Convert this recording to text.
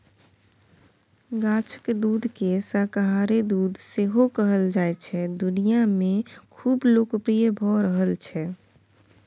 गाछक दुधकेँ शाकाहारी दुध सेहो कहल जाइ छै दुनियाँ मे खुब लोकप्रिय भ रहल छै